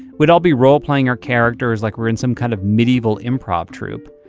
we'd all be role-playing our characters like we're in some kind of medieval improv troop.